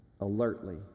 alertly